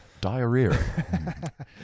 Diarrhea